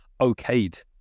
okayed